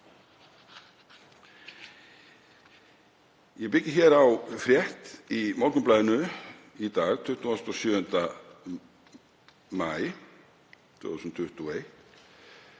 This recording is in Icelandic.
Ég byggi hér á frétt í Morgunblaðinu í dag, 27. maí 2021,